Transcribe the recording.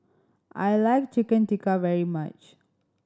I like Chicken Tikka very much